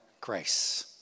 grace